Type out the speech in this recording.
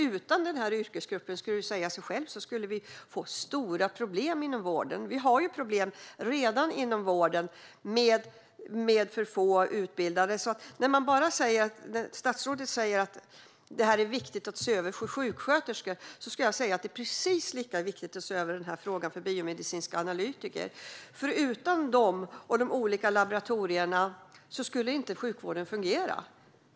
Utan den här yrkesgruppen skulle vi få stora problem inom vården. Vi har redan problem inom vården med för få utbildade. Statsrådet säger att detta är viktigt att se över när det gäller sjuksköterskor, men jag skulle vilja säga att det är precis lika viktigt att se över den här frågan när det gäller biomedicinska analytiker. Utan dem och de olika laboratorierna skulle sjukvården inte fungera.